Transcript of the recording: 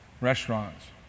Restaurants